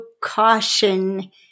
caution